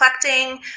collecting